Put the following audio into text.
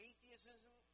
Atheism